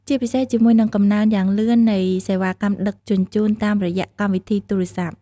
ជាពិសេសជាមួយនឹងកំណើនយ៉ាងលឿននៃសេវាកម្មដឹកជញ្ជូនតាមរយៈកម្មវិធីទូរស័ព្ទ។